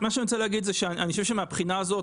מה שאני רוצה להגיד זה שאני חושב שמהבחינה הזאת,